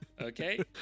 Okay